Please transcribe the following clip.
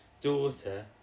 daughter